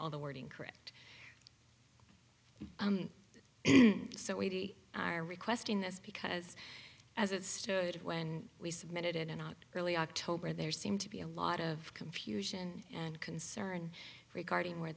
all the wording correct so weighty are requesting this because as it stood when we submitted it out early october there seemed to be a lot of confusion and concern regarding where